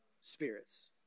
spirits